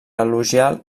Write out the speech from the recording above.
elogiar